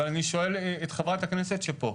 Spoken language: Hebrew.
אבל אני שואל את חברת הכנסת שפה,